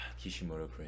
Kishimoto